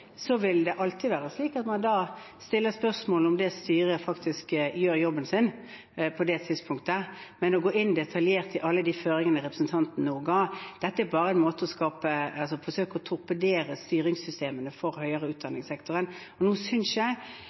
vil det alltid være slik at man stiller spørsmål om styret faktisk gjør jobben sin på det tidspunktet. Men å gå detaljert inn i alle de føringene representanten nå ga, er bare en måte å forsøke å torpedere styringssystemene for høyere utdanningssektoren på. Nå synes jeg